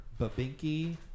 babinky